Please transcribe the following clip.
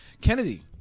Kennedy